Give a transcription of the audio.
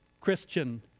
Christian